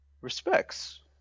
respects